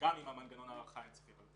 מנגנוני ההארכה העצמית.